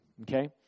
okay